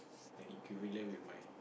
and it could relate with my